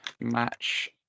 match